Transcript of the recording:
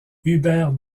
hubert